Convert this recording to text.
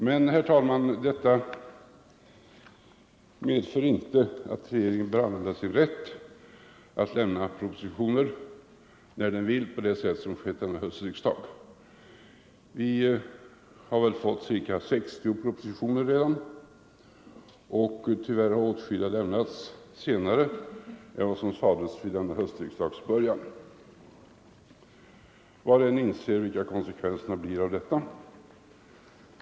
Men, herr talman, detta medför inte att regeringen bör använda sin rätt att lämna propositioner när den vill på det sätt som skett denna höstriksdag. Vi har väl fått ca 60 propositioner redan och tyvärr har åtskilliga lämnats senare än vad som sades vid denna höstriksdags början. Var och en inser vilka konsekvenserna blir av detta.